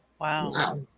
Wow